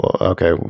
Okay